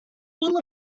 full